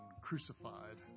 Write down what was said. crucified